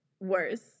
Worse